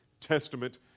Testament